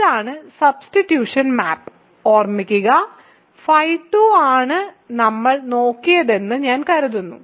ഇതാണ് substitution map ഓർമ്മിക്കുക φ2 ആണ് നമ്മൾ നോക്കിയതെന്ന് ഞാൻ കരുതുന്നു